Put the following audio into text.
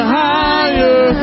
higher